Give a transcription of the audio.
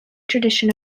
tradition